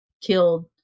killed